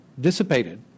dissipated